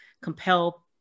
compel